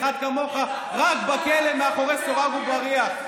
אחד כמוך, רק בכלא, מאחורי סורג ובריח.